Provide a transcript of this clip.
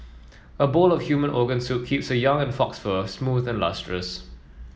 a bowl of human organ soup keeps her young and fox fur smooth and lustrous